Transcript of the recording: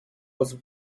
was